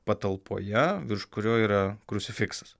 patalpoje virš kurio yra krucifiksas